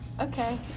Okay